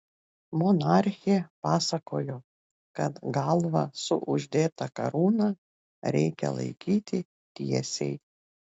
monarchė pasakojo kad galvą su uždėta karūna reikia laikyti tiesiai